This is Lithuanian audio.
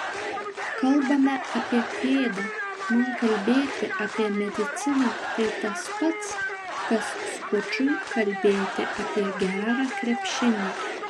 kalbame apie pėdą man kalbėti apie mediciną tai tas pats kas skučui kalbėti apie gerą krepšinį